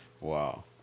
wow